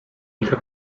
ile